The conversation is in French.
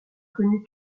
connu